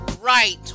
right